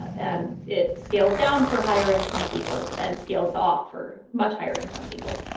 and it scales down for higher-income people and scales off for much-higher-income people.